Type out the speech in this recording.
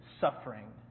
suffering